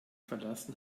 verlassen